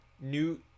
new